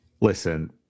listen